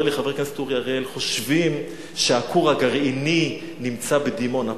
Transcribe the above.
אומר לי חבר הכנסת אורי אריאל: חושבים שהכור הגרעיני נמצא בדימונה.